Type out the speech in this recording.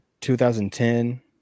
2010